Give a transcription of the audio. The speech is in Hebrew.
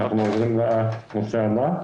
אנחנו עוברים לנושא הבא?